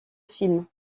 film